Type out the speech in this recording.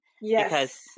yes